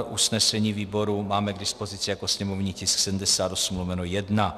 Usnesení výboru máme k dispozici jako sněmovní tisk 78/1.